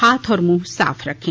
हाथ और मुंह साफ रखें